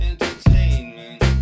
Entertainment